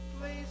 Please